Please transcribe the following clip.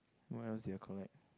what else did you collect